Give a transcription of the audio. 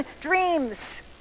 dreams